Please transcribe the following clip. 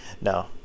no